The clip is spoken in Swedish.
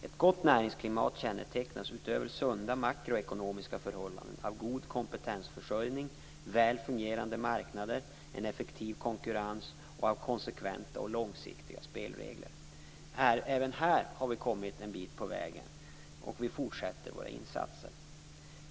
Ett gott näringsklimat kännetecknas utöver sunda makroekonomiska förhållanden av god kompetensförsörjning, väl fungerande marknader, en effektiv konkurrens och av konsekventa och långsiktiga spelregler. Även här har vi kommit en bit på väg, och vi fortsätter våra insatser.